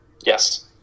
Yes